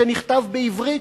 שנכתב בעברית,